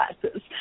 classes